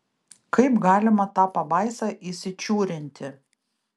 kaip galima tą pabaisą įsičiūrinti